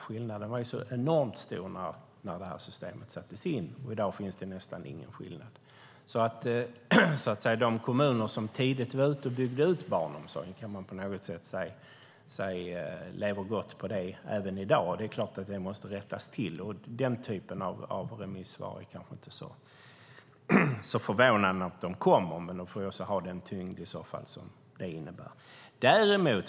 Skillnaden var så enormt stor när systemet sattes in. I dag finns nästan ingen skillnad. De kommuner som tidigt byggde ut barnomsorgen lever gott på det även i dag. Det måste rättas till. Det är inte så förvånande med den typen av remissvar. De får ha den tyngd som det innebär.